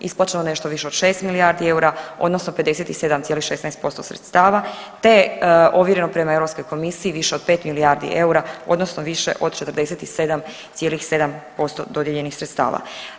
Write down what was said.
Isplaćeno nešto više od 6 milijardi eura odnosno 57,16% sredstava te je ovjereno prema Europskoj komisiji više od 5 milijardi eura odnosno više od 47,7% dodijeljenih sredstava.